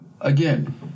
again